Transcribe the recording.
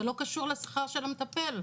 זה לא קשור לשכר של המטפל.